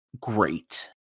great